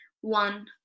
One